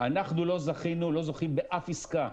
אנחנו לא זוכים באף עסקה.